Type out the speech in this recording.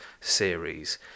series